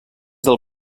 del